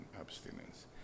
abstinence